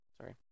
Sorry